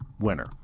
Winner